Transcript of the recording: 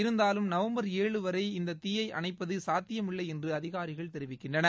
இருந்தாலும் நவம்பர் ஏழு வரை இந்த தீயை அணைப்பது சாத்தியமில்லை என்று அதிகாரிகள் தெரிவிக்கிறார்கள்